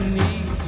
need